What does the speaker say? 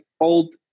old